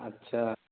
अच्छा